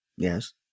Yes